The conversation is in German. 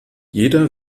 jeder